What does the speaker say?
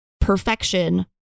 perfection